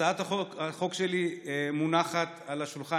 הצעת החוק שלי מונחת על השולחן,